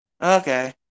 Okay